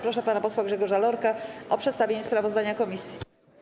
Proszę pana posła Grzegorza Lorka o przedstawienie sprawozdania komisji.